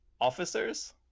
officers